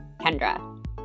Kendra